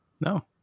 No